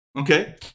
Okay